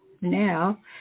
now